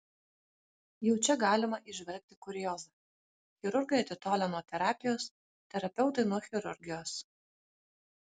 jau čia galima įžvelgti kuriozą chirurgai atitolę nuo terapijos terapeutai nuo chirurgijos